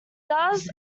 does